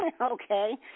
Okay